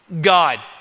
God